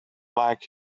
like